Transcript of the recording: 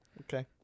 Okay